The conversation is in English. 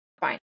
fine